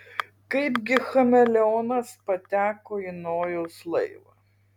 kaipgi chameleonas pateko į nojaus laivą